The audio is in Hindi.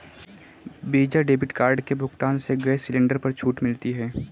वीजा डेबिट कार्ड के भुगतान से गैस सिलेंडर पर छूट मिलती है